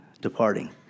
departing